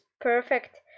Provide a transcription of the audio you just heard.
perfect